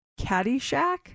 Caddyshack